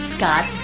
Scott